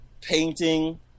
painting